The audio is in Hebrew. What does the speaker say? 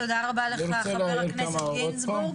תודה רבה לך חבר הכנסת גינזבורג.